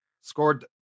Scored